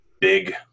big